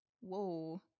whoa